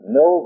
no